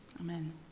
Amen